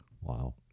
Wow